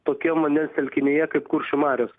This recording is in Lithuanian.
tokiam vandens telkinyje kaip kuršių marios